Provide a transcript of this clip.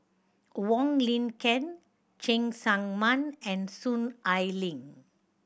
Wong Lin Ken Cheng Tsang Man and Soon Ai Ling